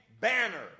banner